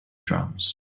drums